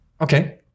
Okay